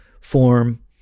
form